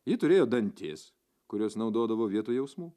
ji turėjo dantis kuriuos naudodavo vietoj jausmų